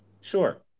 sure